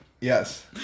Yes